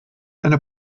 eine